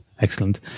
excellent